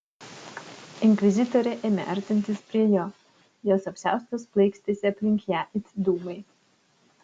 inkvizitorė ėmė artintis prie jo jos apsiaustas plaikstėsi aplink ją it dūmai